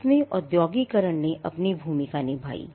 इसमें औद्योगिकीकरण ने अपनी भूमिका निभाई